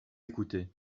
écoutée